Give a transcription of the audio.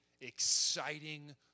exciting